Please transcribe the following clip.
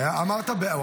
אמרת בעד.